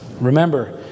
Remember